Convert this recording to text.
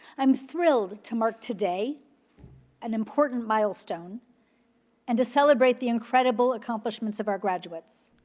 i'm thrilled to mark today an important milestone and to celebrate the incredible accomplishments of our graduates.